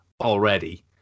already